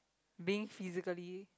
being physically